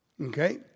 okay